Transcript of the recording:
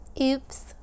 Oops